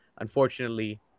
unfortunately